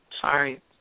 Sorry